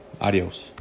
Adios